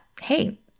hey